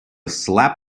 slap